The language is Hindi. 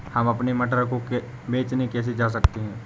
हम अपने मटर को बेचने कैसे जा सकते हैं?